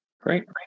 Great